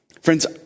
Friends